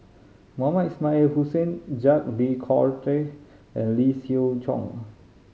Mohamed Ismail Hussain Jacques De Coutre and Lee Siew Choh